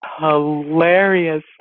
hilarious